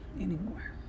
Anymore